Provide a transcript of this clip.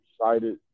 excited